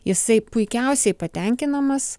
jisai puikiausiai patenkinamas